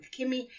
Kimmy